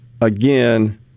again